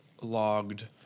logged